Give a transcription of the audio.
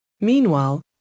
Meanwhile